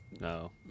no